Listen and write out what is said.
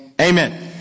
Amen